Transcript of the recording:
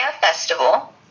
festival